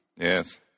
Yes